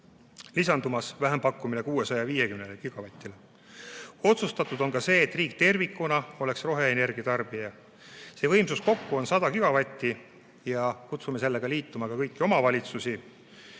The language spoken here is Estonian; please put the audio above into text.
lisandumas on vähempakkumine 650 gigavatile. Otsustatud on ka see, et riik tervikuna oleks roheenergia tarbija. Võimsus kokku on 100 gigavatti. Kutsume sellega liituma kõiki omavalitsusi,